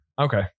Okay